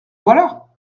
voilà